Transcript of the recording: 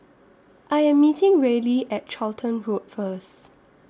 I Am meeting Reilly At Charlton Road First